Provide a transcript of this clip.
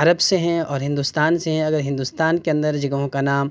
عرب سے ہیں اور ہندوستان سے ہیں اگر ہندوستان کے اندر جگہوں کا نام